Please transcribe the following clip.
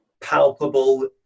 palpable